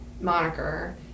moniker